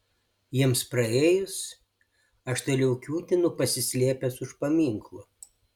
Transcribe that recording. jiems praėjus aš toliau kiūtinu pasislėpęs už paminklų